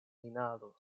minado